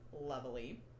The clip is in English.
Lovely